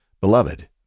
Beloved